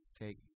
take